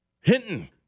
Hinton